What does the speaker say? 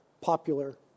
Popular